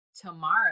tomorrow